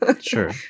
Sure